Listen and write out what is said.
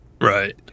Right